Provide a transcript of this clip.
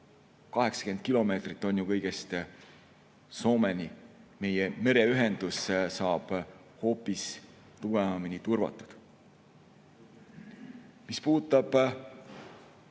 80 kilomeetrit on ju Soomeni –, meie mereühendus saab hoopis tugevamini turvatud. Mis puudutab